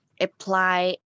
apply